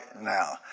now